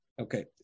Okay